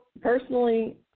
personally